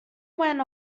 went